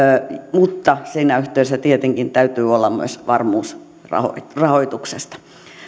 mutta siinä yhteydessä tietenkin täytyy olla myös varmuus rahoituksesta